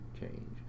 change